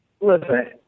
listen